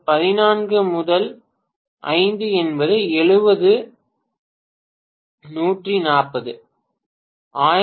14 முதல் 5 என்பது 70 140